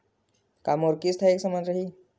का मोर किस्त ह एक समान रही?